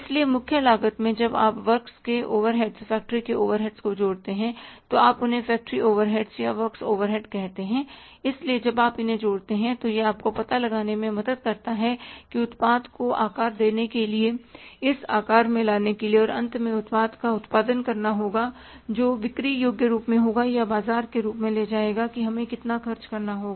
इसलिए मुख्य लागत में जब आप वर्कस के ओवरहेड्स फ़ैक्टरी के ओवरहेड को जोड़ते हैं तो आप उन्हें फ़ैक्टरी ओवरहेड्स या वर्क्स ओवरहेड्स कहते हैं इसलिए जब आप उन्हें जोड़ते हैं तो यह आपको यह पता लगाने में मदद करता है कि उत्पाद को आकार देने के लिए इसे आकार में लाने के लिए और अंत में उत्पाद का उत्पादन करना होगा जो बिक्री योग्य रूप में होगा या बाजार के रूप में ले जाएगा कि हमें कितना खर्च करना होगा